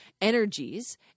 energies